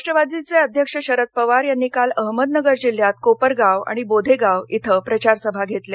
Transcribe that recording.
राष्ट्रवादीचे अध्यक्ष शरद पवार यांनी काल अहमदनगर जिल्ह्यात कोपरगाव आणि बोधेगाव इथं प्रचार सभा घेतल्या